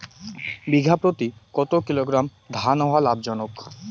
বিঘা প্রতি কতো কিলোগ্রাম ধান হওয়া লাভজনক?